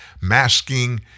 masking